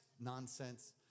nonsense